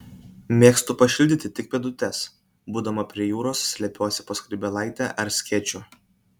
mėgstu pašildyti tik pėdutes būdama prie jūros slepiuosi po skrybėlaite ar skėčiu